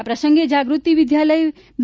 આ પ્રસંગે જાગૃતિ વિદ્યાલય બી